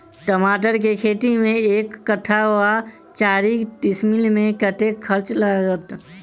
टमाटर केँ खेती मे एक कट्ठा वा चारि डीसमील मे कतेक खर्च लागत?